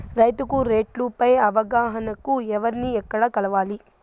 రైతుకు రేట్లు పై అవగాహనకు ఎవర్ని ఎక్కడ కలవాలి?